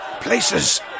Places